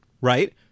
Right